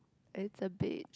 it's a beach